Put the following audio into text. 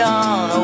on